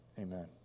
amen